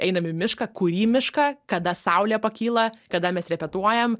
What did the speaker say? einam į mišką kurį mišką kada saulė pakyla kada mes repetuojam